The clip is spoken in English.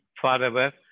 forever